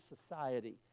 society